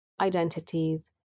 identities